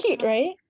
right